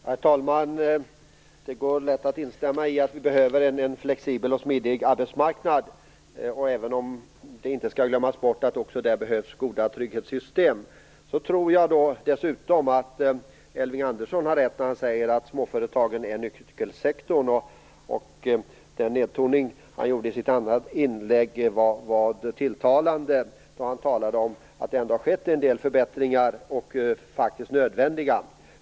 Herr talman! Det är lätt att instämma i att vi behöver en flexibel och smidig arbetsmarknad. Även om det inte skall glömmas bort att det också där behövs goda trygghetssystem, tror jag dessutom att Elving Andersson har rätt när han säger att småföretagen är nyckelsektorn. Den nedtoning som han gjorde i sitt andra inlägg var tilltalande, då han talade om att det ändå har skett en del förbättringar som faktiskt var nödvändiga.